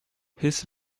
his